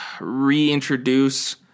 reintroduce